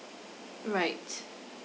right